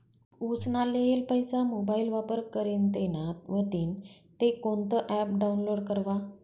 उसना लेयेल पैसा मोबाईल वापर करीन देना व्हतीन ते कोणतं ॲप डाऊनलोड करवा?